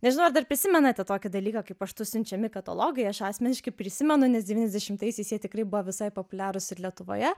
nežinau ar dar prisimenate tokį dalyką kai paštu siunčiami katalogai aš asmeniškai prisimenu nes devyniasdešimtaisiais jie tikrai buvo visai populiarūs ir lietuvoje